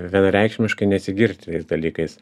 vienareikšmiškai nesigirti tais dalykais